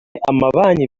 amabanki